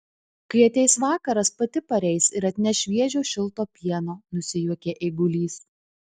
kai ateis vakaras pati pareis ir atneš šviežio šilto pieno nusijuokė eigulys